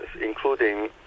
including